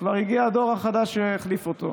כבר הגיע דור שהחליף אותו.